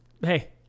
hey